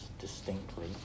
distinctly